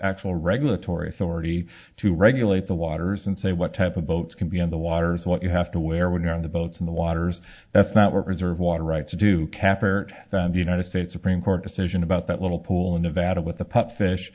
actual regulatory authority to regulate the waters and say what type of boats can be on the waters what you have to wear when you're on the boats in the waters that's not reserve water rights to do cap or the united states supreme court decision about that little pool in nevada with the